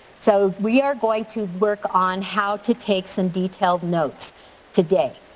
so we are going to work on how to take some detailed notes today.